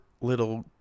little